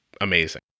amazing